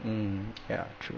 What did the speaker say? mm ya true